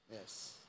Yes